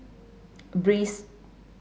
breeze